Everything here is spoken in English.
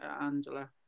Angela